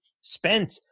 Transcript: spent